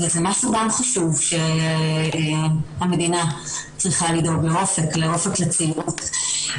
זה משהו חשוב, שהמדינה צריכה לדאוג לאופק לצעירות.